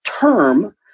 term